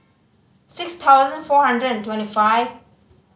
six thousand four hundred and twenty five